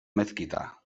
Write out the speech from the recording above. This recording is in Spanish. mezquita